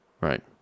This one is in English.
Right